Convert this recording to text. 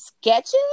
sketches